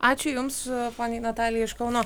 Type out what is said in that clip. ačiū jums poniai natalijai iš kauno